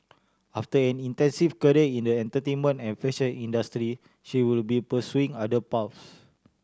after an extensive career in the entertainment and fashion industry she will be pursuing other paths